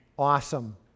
Awesome